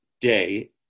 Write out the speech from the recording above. day